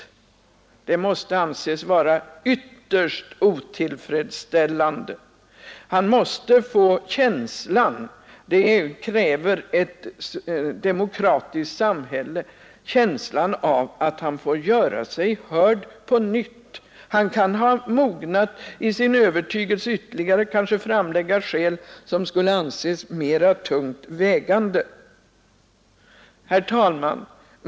Det måste anses vara ytterst otillfredsställande. Man måste ha känslan av — det kräver ett demokratiskt samhälle — att han får göra sig hörd på nytt. Han kan ha mognat i sin övertygelse och kan framlägga nya skäl som kanske skulle anses som mera tungt vägande. Herr talman!